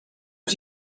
did